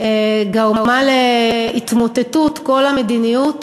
גרמה להתמוטטות כל המדיניות